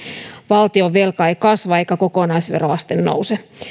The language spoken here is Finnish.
valtionvelka ei kasva eikä kokonaisveroaste nouse